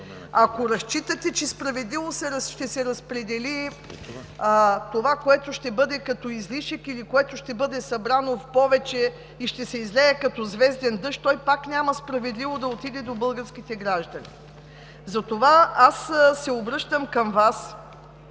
Ако разчитате, че справедливо ще се разпредели това, което ще бъде като излишък или което ще бъде събрано в повече и ще се излее като звезден дъжд, то пак няма справедливо да отиде до българските граждани. Затова се обръщам към Вас,